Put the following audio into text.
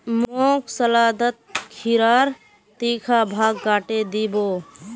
मोक सलादत खीरार तीखा भाग काटे दी बो